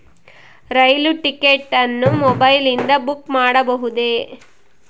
ರೈಲು ticket ಅನ್ನು ಮೊಬೈಲಿಂದ book ಮಾಡಬಹುದೆ?